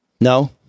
No